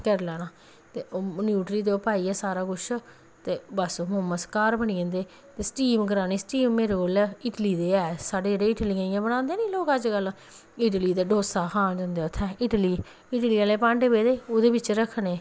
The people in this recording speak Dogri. करी लैना ते ओह् न्यूट्री ते ओह् पाइयै सारा किश ते बस मोमोस घर बनी जंदे ते स्टीम करने मेरे कोल घर इडली ते है साढ़े इडली बनांदे निं लोक अज कल इडली ते डोस्सा खान जेदे उत्थइ इडली इडली आह्ली भांडे पेदे ओह्दे बिच्च रक्खने उ'ऐ बनाइयै